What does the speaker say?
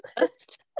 list